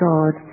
God